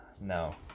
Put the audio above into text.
No